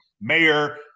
mayor